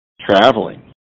traveling